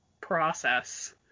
process